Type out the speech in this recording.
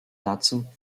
dazu